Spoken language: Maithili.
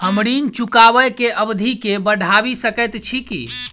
हम ऋण चुकाबै केँ अवधि केँ बढ़ाबी सकैत छी की?